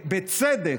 בצדק,